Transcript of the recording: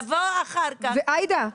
נבוא אחר כך --- עאידה,